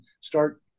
start